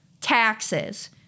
taxes